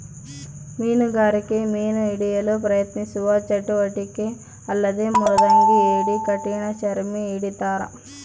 ಮೀನುಗಾರಿಕೆ ಮೀನು ಹಿಡಿಯಲು ಪ್ರಯತ್ನಿಸುವ ಚಟುವಟಿಕೆ ಅಲ್ಲದೆ ಮೃದಂಗಿ ಏಡಿ ಕಠಿಣಚರ್ಮಿ ಹಿಡಿತಾರ